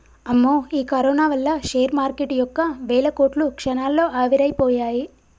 అమ్మో ఈ కరోనా వల్ల షేర్ మార్కెటు యొక్క వేల కోట్లు క్షణాల్లో ఆవిరైపోయాయి